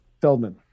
Feldman